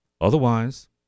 Otherwise